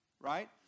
Right